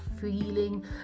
feeling